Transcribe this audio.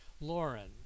Lauren